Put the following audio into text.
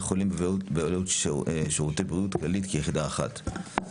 החולים בבעלות שירותי בריאות כללית כיחידה אחת.